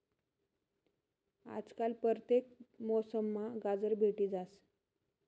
आजकाल परतेक मौसममा गाजर भेटी जास